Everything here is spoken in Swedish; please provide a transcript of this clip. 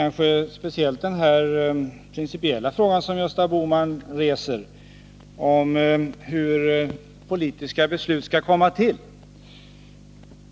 Herr talman! Jag skulle speciellt vilja ta upp den principiella fråga Gösta Bohman reser om hur politiska beslut skall komma till.